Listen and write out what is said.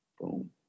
Boom